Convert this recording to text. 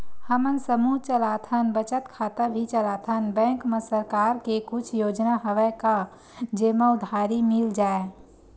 हमन समूह चलाथन बचत खाता भी चलाथन बैंक मा सरकार के कुछ योजना हवय का जेमा उधारी मिल जाय?